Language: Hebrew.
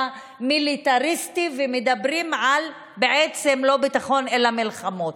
המיליטריסטי ומדברים לא על ביטחון אלא על מלחמות.